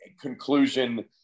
conclusion